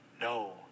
No